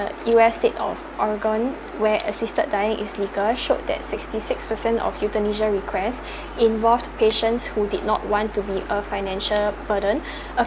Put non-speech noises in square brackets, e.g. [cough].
U_S estate of oregon where assisted dying is legal showed that sixty six percent of euthanasia requests [breath] involved patients who did not want to be a financial burden [breath]